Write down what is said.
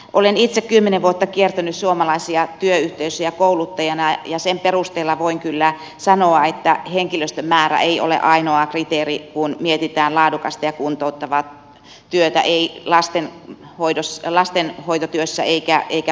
olen itse kymmenen vuotta kiertänyt suomalaisia työyhteisöjä kouluttajana ja sen perusteella voin kyllä sanoa että henkilöstön määrä ei ole ainoa kriteeri kun mietitään laadukasta ja kuntouttavaa työtä ei lastenhoitotyössä eikä vanhustenhoidossa